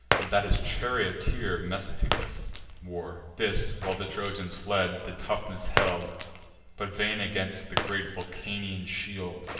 but that his charioteer metiscus wore. this, while the trojans fled, the toughness held but, vain against the great vulcanian shield,